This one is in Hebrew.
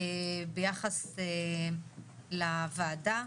ביחס לוועדה.